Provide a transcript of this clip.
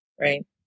Right